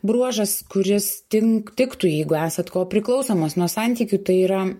bruožas kuris tin tiktų jeigu esat kopriklausomas nuo santykių tai yra